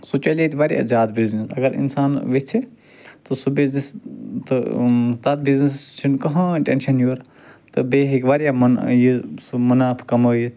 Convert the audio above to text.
سُہ چیٚلہِ ییٚتہِ واریاہ زیادٕ بِزنیٚس اَگر أنسان ویٚژھہِ تہٕ سُہ بِزنیٚس تہٕ تَتھ بِزنیٚسَس چھِنہٕ کَہٲنۍ ٹیٚنشَن یورٕ تہٕ بیٚیہِ ہیٚکہِ واریاہ مُن یہِ سُہ مُنافعہٕ کمٲیِتھ